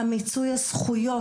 מיצוי הזכויות,